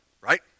Right